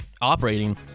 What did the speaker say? operating